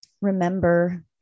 remember